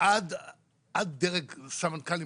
עד דרג סמנכ"לים,